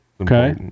okay